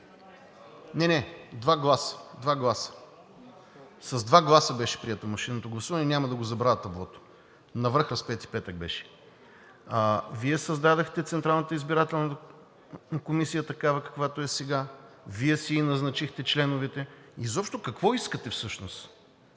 Не, не, два гласа. С два гласа беше прието машинното гласуване и няма да го забравя таблото – навръх Разпети петък беше. Вие създадохте Централната избирателна комисия такава, каквато е сега, Вие си назначихте членовете. Изобщо какво искате всъщност?